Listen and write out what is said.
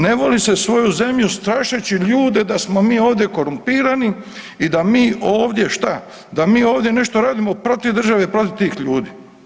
Ne voli se svoju zemlju strašeći ljude da smo mi ovdje korumpirani i da mi ovdje šta, da mi ovdje nešto radimo protiv države i protiv tih ljudi.